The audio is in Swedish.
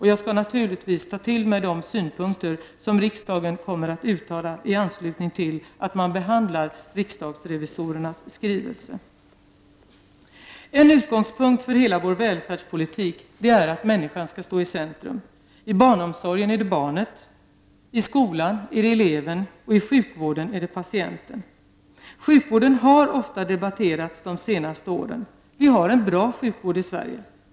Jag skall naturligtvis ta till mig de synpunkter som riksdagen kommer att uttala i anslutning till att man behandlar riksdagsrevisorernas skrivelse. En utgångspunkt för hela vår välfärdspolitik är att människan skall stå i centrum. I barnomsorgen är det barnet, i skolan är det eleven och i sjukvården är det patienten. Sjukvården har ofta debatterats de senaste åren. Vi har en bra sjukvård i Sverige.